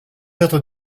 être